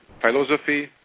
philosophy